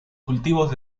cultivos